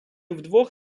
вдвох